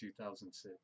2006